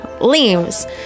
leaves